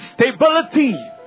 stability